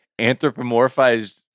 anthropomorphized